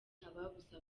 ababuze